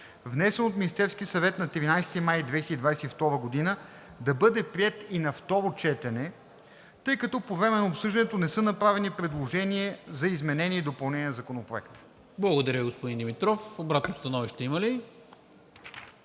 внесен от Министерския съвет на 13 май 2022 г., да бъде приет и на второ четене, тъй като по време на обсъждането не са направени предложения за изменения и допълнения на Законопроекта. ПРЕДСЕДАТЕЛ НИКОЛА МИНЧЕВ: Благодаря, господин Димитров. Обратно становище има ли?